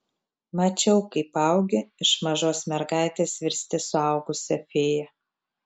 mačiau kaip augi iš mažos mergaitės virsti suaugusia fėja